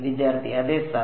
വിദ്യാർത്ഥി അതെ സർ